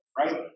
right